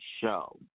show